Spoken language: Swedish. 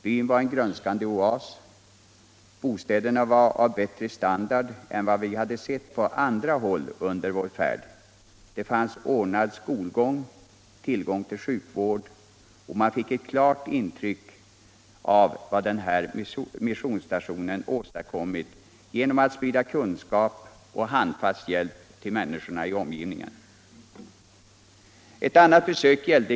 Byn var en grönskande oas. Bostäderna var av bättre standard än vi sett på andra håll under färden. Det fanns ordnad skolgång samt tillgång till sjukvård, och man fick ett klart intryck av vad denna missionsstation åstadkommit genom att sprida kunskap och handfast hjälp till människorna i omgivningen.